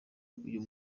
uyu